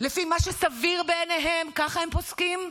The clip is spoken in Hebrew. לפי מה שסביר בעיניהם, ככה הם פוסקים,